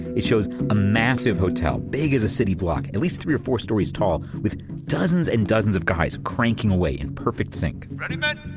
it shows a massive hotel, big as a city block, at least three of four stories tall, with dozens and dozens of guys cranking away in perfect sync ready men?